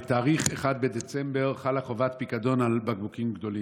בתאריך 1 בדצמבר חלה חובת דמי פיקדון על בקבוקים גדולים.